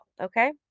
okay